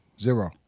Zero